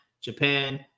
Japan